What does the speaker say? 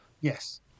Yes